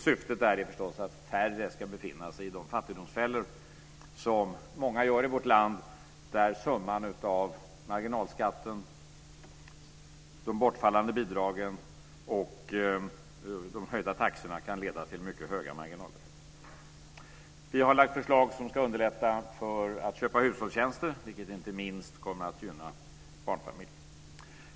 Syftet är förstås att färre ska komma in i de fattigdomsfällor som många gör i vårt land - där summan av marginalskatten, de bortfallande bidragen och de höjda taxorna kan leda till mycket höga marginaleffekter. Vi har lagt fram förslag som ska underlätta att köpa hushållstjänster, vilket inte minst kommer att gynna barnfamiljer.